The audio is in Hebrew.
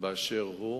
באשר הוא.